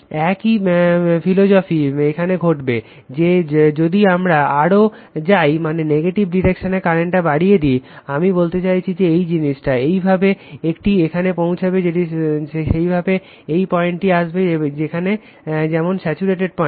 একই ফিলোসফি এখানে ঘটবে যে যদি আমরা আরও যাই মানে নেগেটিভ ডিরেকশনে কারেন্টটা বাড়িয়ে দিই আমি বলতে চাইছি এই জিনিসটা যেভাবে এটি এখানে পৌঁছেছে ঠিক সেভাবেই এটি এই পয়েন্টে আসবে যেমন স্যাচুরেটেড পয়েন্ট